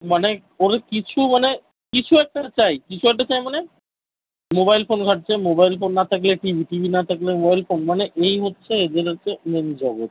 মানে ওর কিছু মানে কিছু একটা চাই কিছু একটা চাই মানে মোবাইল ফোন ঘাঁটছে মোবাইল ফোন না থাকলে টিভি টিভি না থাকলে মোবাইল ফোন মানে এই হচ্ছে এদের হচ্ছে মেন জগৎ